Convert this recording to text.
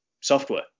software